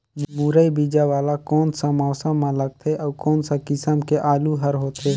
मुरई बीजा वाला कोन सा मौसम म लगथे अउ कोन सा किसम के आलू हर होथे?